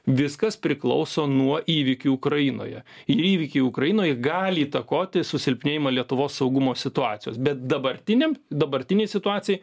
viskas priklauso nuo įvykių ukrainoje įvykiai ukrainoje gali įtakoti susilpnėjimą lietuvos saugumo situacijos bet dabartiniam dabartinei situacijai